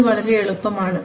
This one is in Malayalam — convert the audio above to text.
ഇത് വളരെ എളുപ്പമാണ്